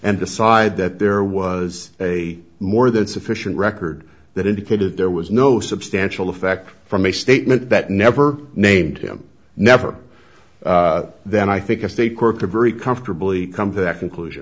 and decide that there was a more than sufficient record that indicated there was no substantial effect from a statement that never named him never then i think if they quote the very comfortably come to that conclusion